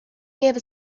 gave